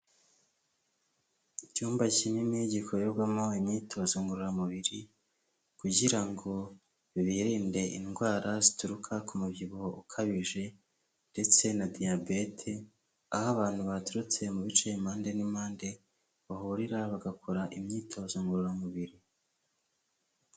Icyumba kinini gikorerwamo imyitozo ngororamubiri kugira ngo birinde indwara zituruka ku mu byibuho ukabije ndetse na diyabete, aho abantu baturutse mu bice impande n'impande, bahurira bagakora imyitozo ngororamubiri.